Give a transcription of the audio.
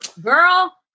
Girl